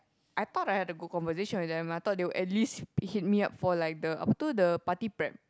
I thought I had a good conversation with them I thought they will at least hit me up for like the apa itu the party prep